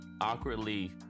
awkwardly